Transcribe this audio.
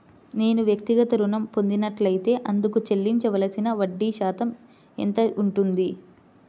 నేను వ్యక్తిగత ఋణం పొందినట్లైతే అందుకు చెల్లించవలసిన వడ్డీ ఎంత శాతం ఉంటుంది?